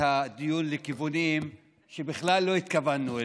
הדיון לכיוונים שבכלל לא התכוונו אליהם.